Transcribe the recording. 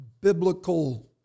biblical